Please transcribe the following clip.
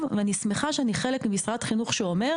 ואני שמחה שאני חלק ממשרד חינוך שאומר